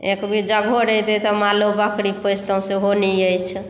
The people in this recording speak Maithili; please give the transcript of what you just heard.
एक घर रहितै तऽ मालो बकरी पोसतहुँ सेहो नहि अछि